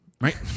right